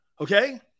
Okay